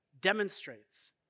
demonstrates